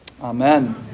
Amen